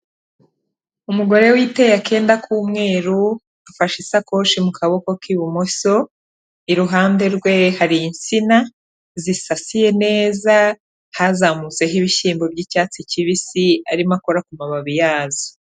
Umugore witeye akenda k'umweru, afashe isakoshi mu kaboko k'ibumoso, iruhande rwe hari insina zisasiye neza, hazamutseho ibishyimbo by'icyatsi kibisi, arimo akora ku mababi yazo.